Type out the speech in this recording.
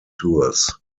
tours